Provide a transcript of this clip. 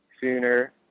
sooner